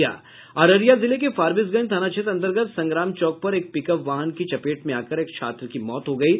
अररिया जिले के फारबिसगंज थाना क्षेत्र अन्तर्गत संग्राम चौक पर एक पिकअप वाहन की चपेट में आकर एक छात्र की मौत हो गयी